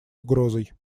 угрозой